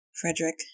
Frederick